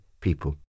people